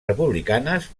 republicanes